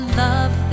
love